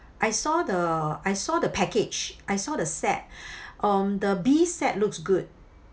I saw the I saw the package I saw the set um the B set looks good